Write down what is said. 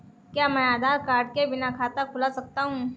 क्या मैं आधार कार्ड के बिना खाता खुला सकता हूं?